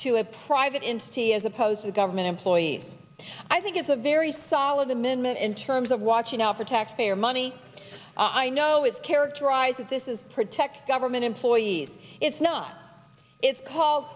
to a private institution as opposed to a government employee i think it's a very solid commitment in terms of watching out for taxpayer money i know it's characterized this is protect government employees it's not it's called